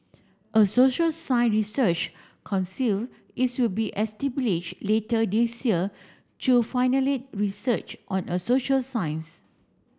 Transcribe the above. a social science research conceal is will be establish later this year to finally research on a social science